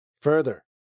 Further